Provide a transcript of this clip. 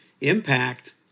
impact